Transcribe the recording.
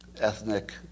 ethnic